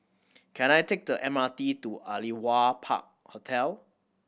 can I take the M R T to Aliwal Park Hotel